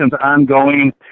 ongoing